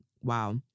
Wow